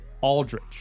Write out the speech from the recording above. Aldrich